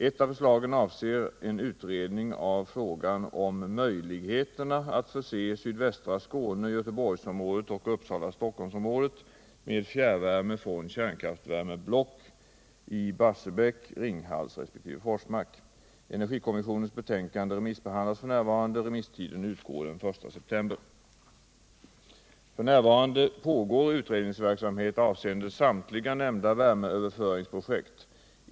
Ett av förslagen avser en utredning av frågan om möjligheterna att förse sydvästra Skåne, Göteborgsområdet och Energikommissionens betänkande remissbehandlas f.n. Remisstiden utgår den 1 september. F. n. pågår utredningsverksamhet avseende samtliga nämnda värmeöverföringsprojekt.